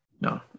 No